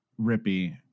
Rippy